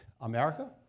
America